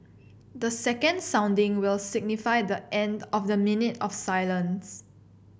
the second sounding will signify the end of the minute of silence